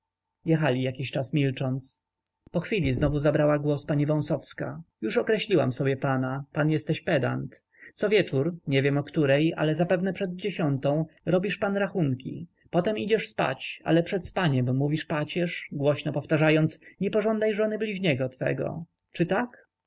jechali jakiś czas milcząc po chwili znowu zabrała głos pani wąsowska już określiłam sobie pana pan jesteś pedant cowieczór nie wiem o której ale zapewne przed dziesiątą robisz pan rachunki potem idziesz spać ale przed spaniem mówisz pacierz głośno powtarzając nie pożądaj żony bliźniego twego czy tak